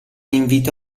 invito